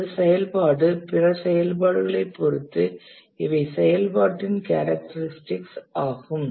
ஒரு செயல்பாடு பிற செயல்பாடுகளைப் பொறுத்தது இவை செயல்பாட்டின் கேரக்டரிஸ்டிக்ஸ் ஆகும்